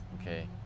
okay